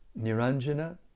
Niranjana